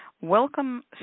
welcome